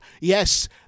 Yes